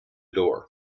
door